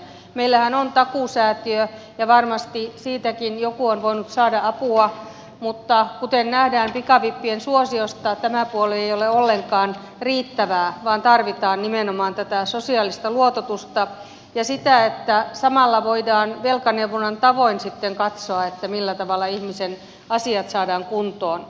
meillähän on takuu säätiö ja varmasti siitäkin joku on voinut saada apua mutta kuten nähdään pikavippien suosiosta tämä puoli ei ole ollenkaan riittävää vaan tarvitaan nimenomaan tätä sosiaalista luototusta ja sitä että samalla voidaan velkaneuvonnan tavoin sitten katsoa millä tavalla ihmisen asiat saadaan kuntoon